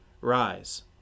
Rise